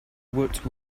woot